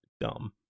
dumb